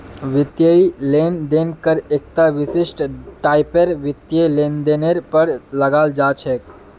वित्तीय लेन देन कर एकता विशिष्ट टाइपेर वित्तीय लेनदेनेर पर लगाल जा छेक